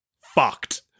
fucked